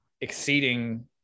exceeding